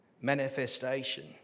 manifestation